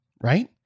right